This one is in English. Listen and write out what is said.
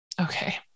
Okay